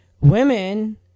women